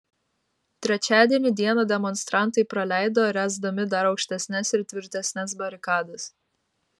trečiadienį dieną demonstrantai praleido ręsdami dar aukštesnes ir tvirtesnes barikadas